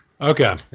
okay